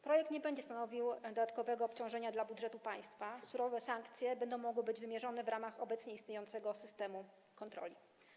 Projekt nie będzie stanowił dodatkowego obciążenia dla budżetu państwa, surowe sankcje będą mogły być wymierzane w ramach obecnie istniejącego systemu kontroli.